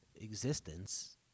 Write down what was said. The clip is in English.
existence